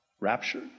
rapture